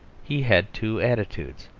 he had two attitudes,